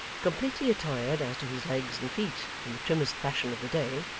completely attired as to his legs and feet in the trimmest fashion of the day,